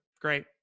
Great